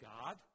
God